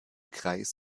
kreis